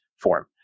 form